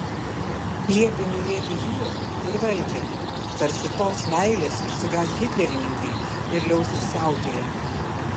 liepė mylėti jūrą ir valdžią tarsi tos meilės išsigąs hitlerininkai ir liausis siautėję